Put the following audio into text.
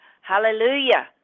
Hallelujah